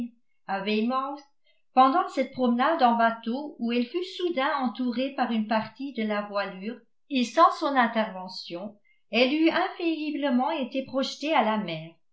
weymouth pendant cette promenade en bateau où elle fut soudain entourée par une partie de la voilure et sans son intervention elle eût infailliblement été projetée à la mer